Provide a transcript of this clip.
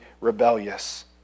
rebellious